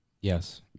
Yes